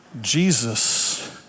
Jesus